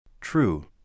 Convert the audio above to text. True